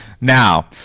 Now